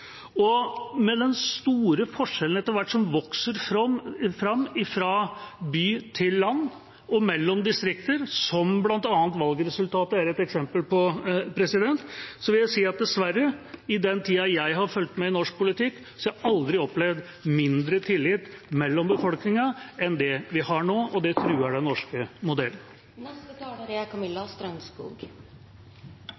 og med den store forskjellen som etter hvert vokser fram fra by til land og mellom distrikter, og som bl.a. valgresultatet er et eksempel på, vil jeg si at dessverre, i den tida jeg har fulgt med i norsk politikk, har jeg aldri opplevd mindre tillit befolkningen imellom enn det vi har nå, og det truer den norske